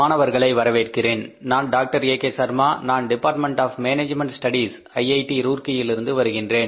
மாணவர்களை வரவேற்கிறேன் நான் டாக்டர் ஏகே சர்மா நான் department of management studies IIT Roorkee இல் இருந்து வருகின்றேன்